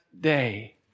day